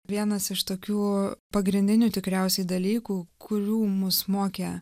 vienas iš tokių pagrindinių tikriausiai dalykų kurių mus mokė